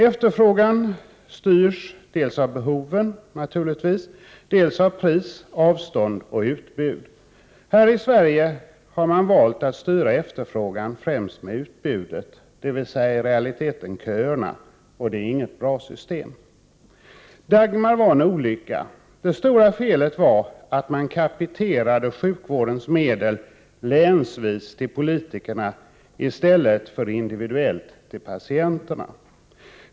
Efterfrågan styrs dels av behoven, naturligtvis, dels av pris, avstånd och utbud. Här i Sverige har man valt att styra efterfrågan främst med utbudet, dvs. i realiteten köerna. Det är inget bra system. Dagmar var en olycka. Det stora felet var att man ”capiterade” sjukvårdens medel länsvis till politikerna i stället för individuellt till patienterna.